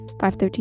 5.13